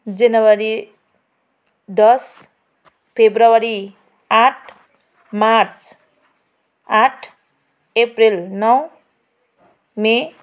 जनवरी दस फेब्रुअरी आठ मार्च आठ अप्रेल नौ मे